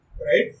right